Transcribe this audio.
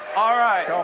all right.